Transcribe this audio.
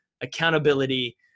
accountability